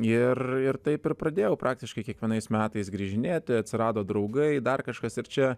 ir ir taip ir pradėjau praktiškai kiekvienais metais grįžinėti atsirado draugai dar kažkas ir čia